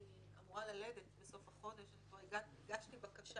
היא אמורה ללדת בסוף החודש וכבר הגשתי בקשה